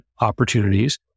opportunities